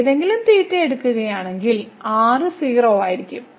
മറ്റേതെങ്കിലും തീറ്റ എടുക്കുകയാണെങ്കിൽ r 0 ആയിരിക്കും